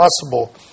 possible